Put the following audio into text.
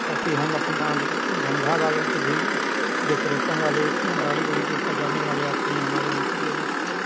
ताकि हम अपना धंधा वालों के भी डेकोरेसन वाली गाड़ी उड़ी को साजाने वाले आते हैं हमारे यहाँ से ले जाते हैं